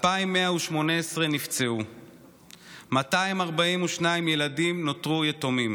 2,118 נפצעו, 242 ילדים נותרו יתומים